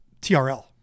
TRL